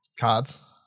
cards